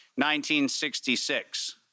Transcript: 1966